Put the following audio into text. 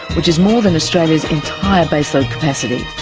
which is more than australia's entire base load capacity.